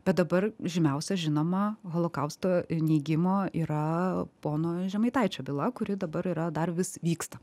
bet dabar žymiausia žinoma holokausto neigimo yra pono žemaitaičio byla kuri dabar yra dar vis vyksta